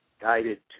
guided